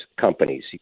companies